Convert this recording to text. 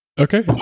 Okay